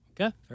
Okay